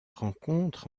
rencontre